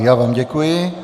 Já vám děkuji.